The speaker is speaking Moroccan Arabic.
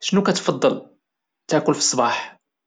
شنو كتبغي تاكل فالصباح؟